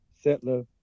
settler